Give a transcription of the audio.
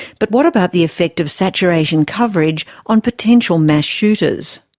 but what about the effect of saturation coverage on potential mass shooters?